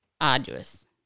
arduous